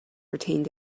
retained